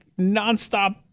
nonstop